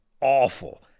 awful